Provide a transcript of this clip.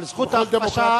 אבל הזכות ההפוכה,